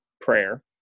prayer